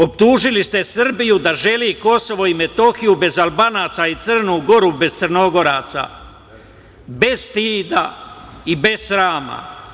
Optužili ste Srbiju da želi Kosovo i Metohiju bez Albanaca i Crnu Goru bez Crnogoraca, bez stida i bez srama.